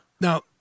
Now